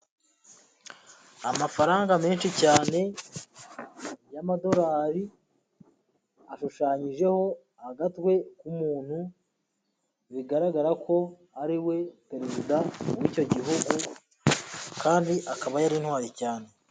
Amafaranga menshi cyane y'amadolari ashushanyijeho agatwe k'umuntu, bigaragara ko ari we Perezida w'icyo gihugu kandi akaba yari intwari cyane.